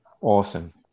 awesome